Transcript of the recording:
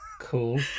Cool